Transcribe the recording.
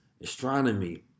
astronomy